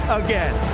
again